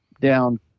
down